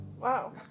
Wow